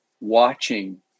watching